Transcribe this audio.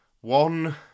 one